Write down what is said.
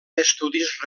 estudis